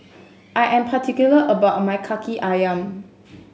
I am particular about my Kaki Ayam